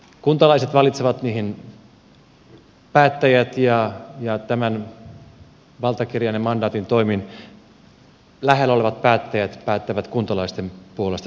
kuntalaiset valitsevat niihin päättäjät ja tämän valtakirjan ja mandaatin toimin lähellä olevat päättäjät päättävät kuntalaisten puolesta sitten asioista